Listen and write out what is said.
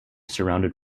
surrounded